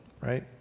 right